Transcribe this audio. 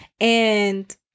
And-